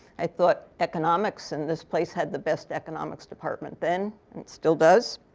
i thought economics. and this place had the best economics department then. it still does.